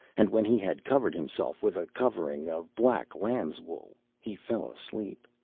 and when he had covered himself with a covering of black lamb's wool he fell asleep.